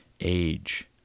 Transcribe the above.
age